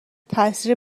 تاثیر